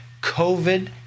COVID